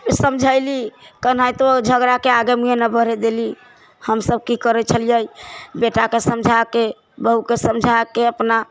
समझैली कनाहितो झगड़ाके आगे मुँहे नहि बढ़ै देलीह हम सब कि करै छलियै बेटाके समझाके बहुके समझाके अपना